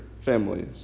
families